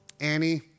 Annie